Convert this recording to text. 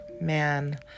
man